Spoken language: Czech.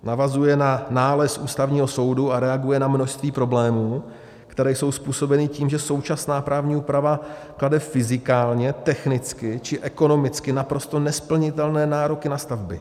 Navazuje na nález Ústavního soudu a reaguje na množství problémů, které jsou způsobeny tím, že současná právní úprava klade fyzikálně, technicky či ekonomicky naprosto nesplnitelné nároky na stavby.